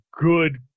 good